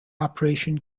operation